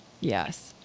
Yes